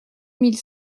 mille